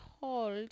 hold